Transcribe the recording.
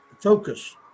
focus